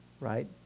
right